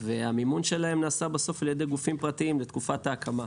והמימון שלהם נעשה בסוף על ידי גופים פרטיים לתקופת ההקמה.